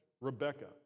Rebecca